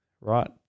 Right